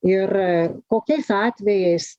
ir kokiais atvejais